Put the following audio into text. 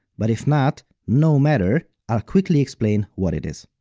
but if not, no matter, i'll quickly explain what it is.